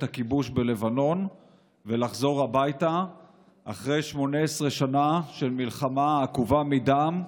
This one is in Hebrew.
הכיבוש בלבנון ולחזור הביתה אחרי 18 שנה של מלחמה עקובה מדם,